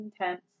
intense